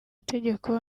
tegeko